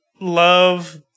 love